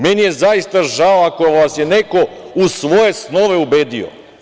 Meni je zaista žao ako vas je neko u svoje snove ubedio.